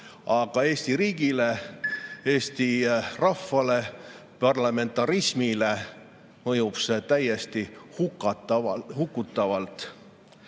aga Eesti riigile ja rahvale, parlamentarismile mõjub see täiesti hukutavalt.